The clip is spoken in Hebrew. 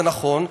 זה נכון,